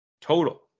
total